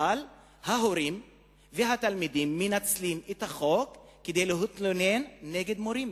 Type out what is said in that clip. אבל ההורים והתלמידים מנצלים את החוק כדי להתלונן נגד מורים,